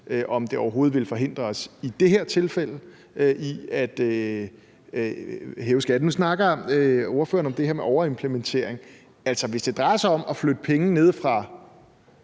om det overhovedet ville forhindre os, i det her tilfælde, i at hæve skatten. Nu snakker ordføreren om det her med overimplementering. Altså, hvis det drejer sig om at flytte penge nede fra